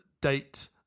date